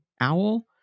owl